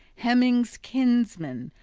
hemming's kinsman,